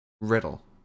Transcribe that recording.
Riddle